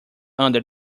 under